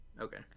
Okay